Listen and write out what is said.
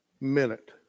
minute